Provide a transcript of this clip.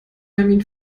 termin